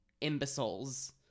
imbeciles